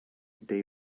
they